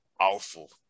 awful